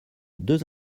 deux